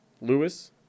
Lewis